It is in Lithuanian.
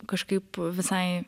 kažkaip visai